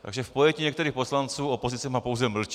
Takže v pojetí některých poslanců opozice má pouze mlčet.